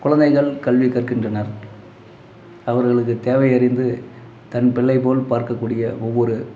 குழந்தைகள் கல்வி கற்கின்றனர் அவர்களுக்கு தேவை அறிந்து தன் பிள்ளை போல் பார்க்கக்கூடிய ஒவ்வொரு